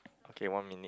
okay one minute